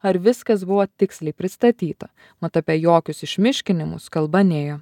ar viskas buvo tiksliai pristatyta mat apie jokius išmiškinimus kalba nėjo